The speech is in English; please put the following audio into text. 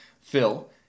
Phil